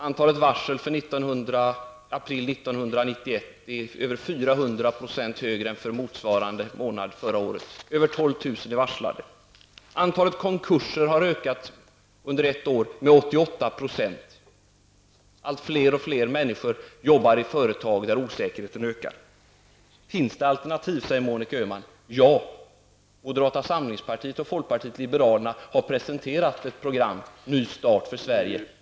Antalet varsel för april 1991 är över 400 % 12 000 personer är varslade. Antalet konkurser har ökat under ett år med 88 %. Fler och fler människor arbetar i företag där osäkerheten ökar. Finns det alternativ, frågar Monica Öhman. Ja, moderata samlingspartiet och folkpartiet liberalerna har presenterat ett program -- Ny start för Sverige.